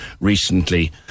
recently